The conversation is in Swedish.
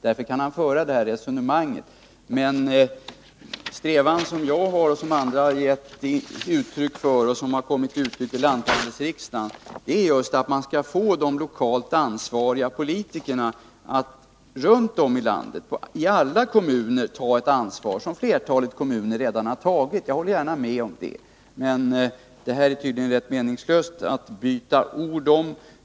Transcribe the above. Därför kan han föra detta resonemang. Men den strävan som jag och andra har och som kommit till uttryck vid lanthandelsriksdagen är just att man skall få de lokalt ansvariga politikerna att runt om i landet, i alla kommuner, ta ett ansvar som man redan tagit i flertalet kommuner — jag håller gärna med om det. Men det är tydligen rätt meningslöst att vi byter ord om detta.